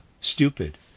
stupid